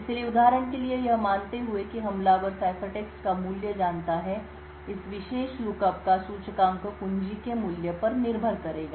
इसलिए उदाहरण के लिए यह मानते हुए कि हमलावर सिफरटेक्स्ट का मूल्य जानता है इस विशेष लुकअप का सूचकांक कुंजी के मूल्य पर निर्भर करेगा